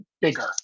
bigger